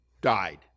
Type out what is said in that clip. died